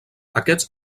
aquests